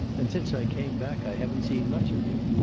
and since i came back i haven't seen much of you.